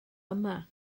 yma